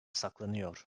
saklanıyor